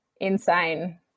insane